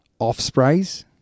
Offsprays